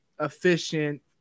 efficient